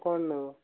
କ'ଣ ନେବ